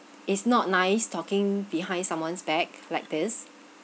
it's not nice talking behind someone's back like this